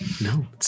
No